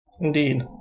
Indeed